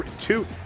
two